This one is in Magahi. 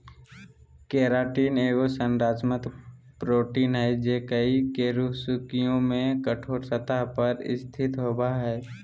केराटिन एगो संरचनात्मक प्रोटीन हइ जे कई कशेरुकियों में कठोर सतह पर स्थित होबो हइ